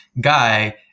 guy